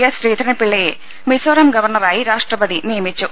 S ശ്രീധരൻപിള്ളയെ മിസോറം ഗവർണറായി രാഷ്ട്രപതി നിയമിച്ചു